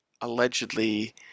allegedly